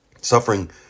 Suffering